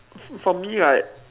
f~ for me right